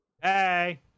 Hey